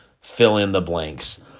fill-in-the-blanks